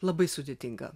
labai sudėtinga